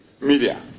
media